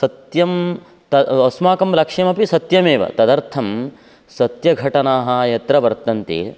सत्यं तत् अस्माकं लक्ष्यमपि सत्यमेव तदर्थं सत्यघटनाः यत्र वर्तन्ते